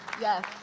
Yes